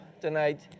tonight